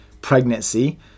pregnancy